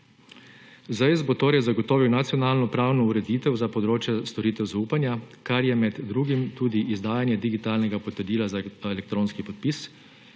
bo torej zagotovil nacionalno pravno ureditev za področje storitev zaupanja, kar je med drugim tudi izdajanje digitalnega potrdila za elektronski podpis,